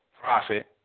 profit